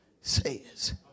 says